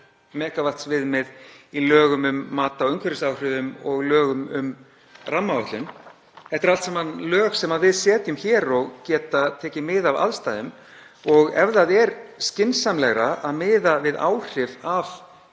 megavattsviðmið í lögum um mat á umhverfisáhrifum og lögum um rammaáætlun. Þetta eru allt saman lög sem við setjum hér og geta tekið mið af aðstæðum. Ef það er skynsamlegra að miða við áhrif af